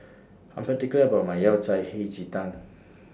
I'm particular about My Yao Cai Hei Ji Tang